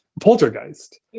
Poltergeist